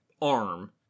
arm